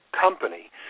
company